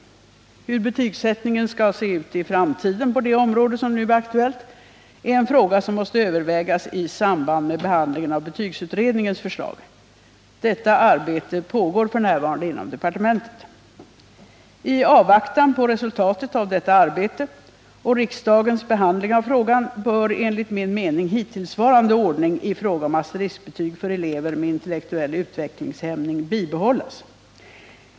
Hur betygsättningen skall se ut i framtiden på det område som nu är aktuellt är en fråga som måste övervägas i samband med behandlingen av betygsutredningens förslag. Detta arbete pågår f. n. inom departementet. I avvaktan på resultatet av detta arbete och riksdagens behandling av frågan bör enligt min mening hittillsvarande ordning i fråga om asteriskbetyg för elever med intellektuell utvecklingshämning bibehållas.